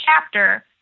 chapter